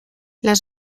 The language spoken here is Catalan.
les